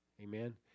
amen